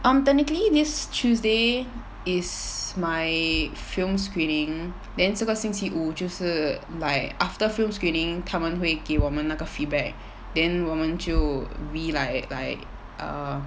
um technically this tuesday is my film screening then 这个星期五就是 like after film screening 他们会给我们那个 feedback then 我们就 re~ like like err